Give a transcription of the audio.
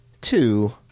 two